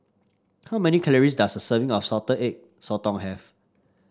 how many calories does a serving of salted sotong have